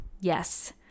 yes